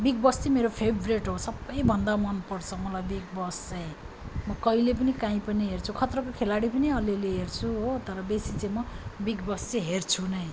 big Boss चाहिँ मेरो favourite हो सबभन्दा मन पर्छ मलाई बिग बस चाहिँ म कहिले पनि काहीँ पनि हेर्छु खत्रोके खेलाडी पनि अलि अलि हेर्छु हो तर बेसी चाहिँ म बिग बस चाहिँ हेर्छु नै